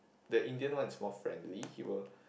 the Indian one is more friendly he will